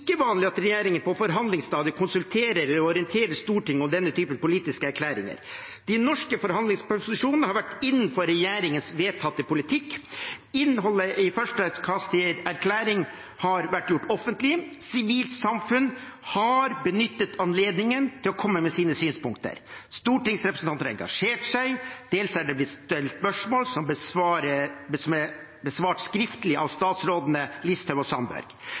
vanlig at regjeringer på forhandlingsstadiet konsulterer og orienterer Stortinget om denne typen politiske erklæringer. De norske forhandlingsposisjonene har vært innenfor regjeringens vedtatte politikk. Innholdet i første utkast til erklæring har vært gjort offentlig. Sivilsamfunnet har benyttet anledningen til å komme med sine synspunkter. Stortingsrepresentanter har engasjert seg. Dels har det blitt stilt spørsmål som er besvart skriftlig av statsrådene Listhaug og Sandberg.